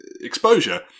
exposure